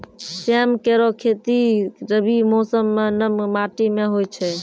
सेम केरो खेती रबी मौसम म नम माटी में होय छै